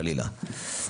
חלילה.